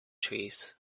trees